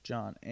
John